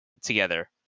together